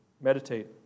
meditate